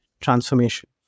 transformation